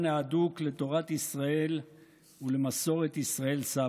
ההדוק לתורת ישראל ולמסורת ישראל סבא.